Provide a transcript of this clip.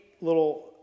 little